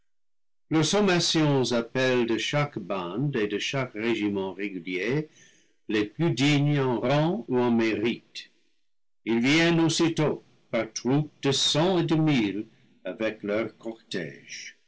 appellent de chaque bande et de chaque régiment régulier les plus dignes en rang ou en mérite ils viennent aussitôt par troupes de cent et de mille avec leurs cortèges